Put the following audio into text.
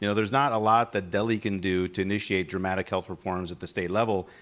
you know there's not a lot that delhi can do to initiate dramatic health reforms at the state level.